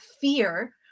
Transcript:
fear